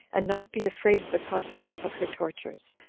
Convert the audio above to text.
and not be afraid of the consequence of her tortures,